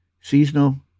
Seasonal